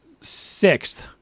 sixth